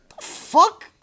fuck